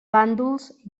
bàndols